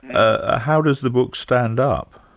ah how does the book stand up?